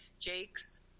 Jake's